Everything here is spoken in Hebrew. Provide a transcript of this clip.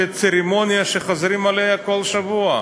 צרמוניה שחוזרים עליה כל שבוע.